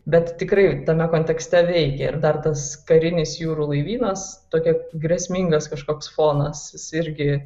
bet tikrai tame kontekste veikia ir dar tas karinis jūrų laivynas tokia grėsmingas kažkoks fonas jis irgi